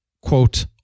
quote